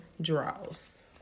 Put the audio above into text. draws